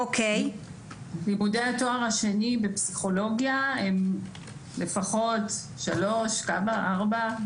לימודי התואר השני בפסיכולוגיה הם לפחות שלוש או ארבע.